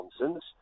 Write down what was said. nonsense